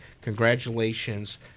Congratulations